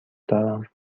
دارم